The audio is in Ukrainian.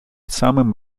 самим